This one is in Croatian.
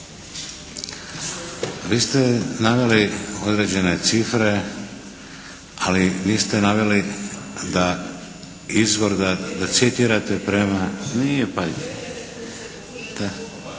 Vi ste naveli određene cifre, ali niste naveli da, izvor, da citirate prema. …/Upadica